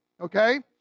okay